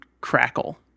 Crackle